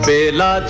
Bela